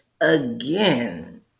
again